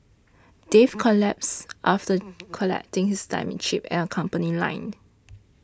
Dave collapsed after collecting his timing chip at our company line